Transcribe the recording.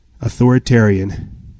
authoritarian